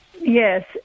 Yes